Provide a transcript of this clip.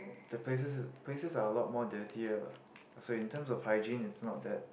the places places are a lot more dirtier lah so in terms of hygiene it's not that